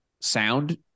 sound